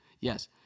Yes